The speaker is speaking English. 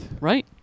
Right